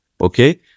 Okay